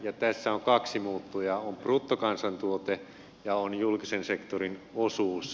tässä on kaksi muuttujaa on bruttokansantuote ja on julkisen sektorin osuus